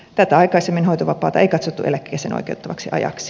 tätä aikaisemmin hoitovapaata ei katsottu eläkkeeseen oikeuttavaksi ajaksi